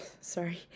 Sorry